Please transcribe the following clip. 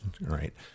right